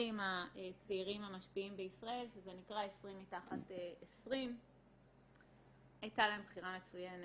הצעירים המשפיעים בישראל שזה יקרא 20 מתחת 20. הייתה להם בחירה מצוינת,